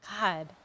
god